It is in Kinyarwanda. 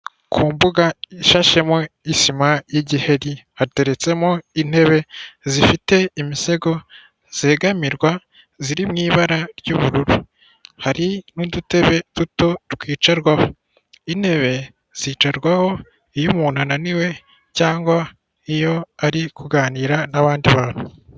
Ku mbuga ishashweho isima y'igiheri, hateretsemo intebe zifite imisego zegamirwa ziri mu ibara ry'ubururu. Hari n'udutebe duto twicarwaho, intebe zicarwaho iyo umuntu ananiwe cyangwa iyo ari kuganira n'abandi bantu.